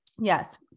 Yes